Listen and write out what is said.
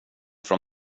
från